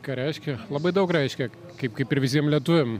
ką reiškia labai daug reiškia kaip kaip ir visiem lietuviam